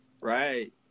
Right